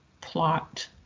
plot